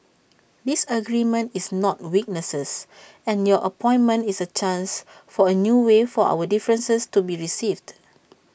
disagreement is not weaknesses and your appointment is A chance for A new way for our differences to be received